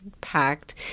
packed